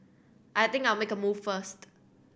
I think I'll make a move first